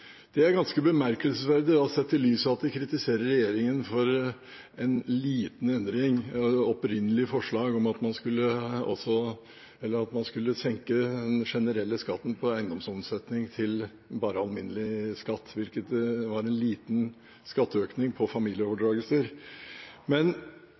Det er ganske bemerkelsesverdig, sett i lys av at de kritiserer regjeringen for en liten endring i det opprinnelige forslaget, at man skulle senke den generelle skatten på eiendomsomsetning til bare alminnelig skatt – hvilket var en liten skatteøkning på familieoverdragelser. Men